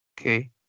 Okay